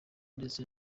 ndetse